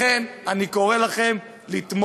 לכן, אני קורא לכם לתמוך